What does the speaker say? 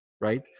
right